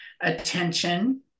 attention